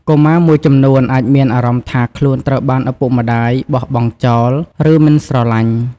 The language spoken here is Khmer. កុមារមួយចំនួនអាចមានអារម្មណ៍ថាខ្លួនត្រូវបានឪពុកម្ដាយបោះបង់ចោល ឬមិនស្រឡាញ់។